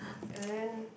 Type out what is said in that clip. and then